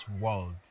world